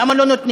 למה לא נותנים?